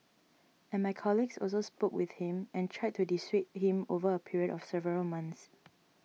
and my colleagues also spoke with him and tried to dissuade him over a period of several months